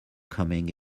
coming